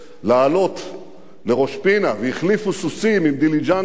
לעלות לראש-פינה, והחליפו סוסים עם דיליז'נסים.